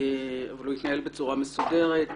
אבל הוא יתנהל בצורה מסודרת.